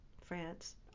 France